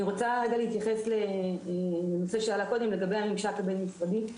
אני רוצה להתייחס לנושא שעלה קודם לגבי הוועדה הבין משרדית,